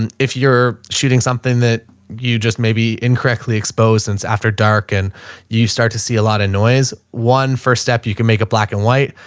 and if you're shooting something that you just maybe incorrectly exposed and it's after dark and you start to see a lot of noise, one first step, you can make a black and white.